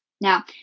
Now